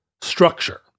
structure